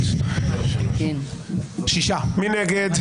מי נגד?